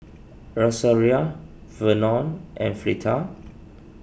Rosaria Vernon and Fleeta